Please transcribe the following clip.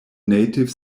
native